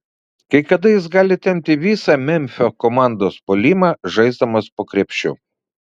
kai kada jis gali tempti visą memfio komandos puolimą žaisdamas po krepšiu